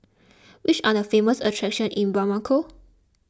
which are the famous attractions in Bamako